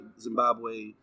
Zimbabwe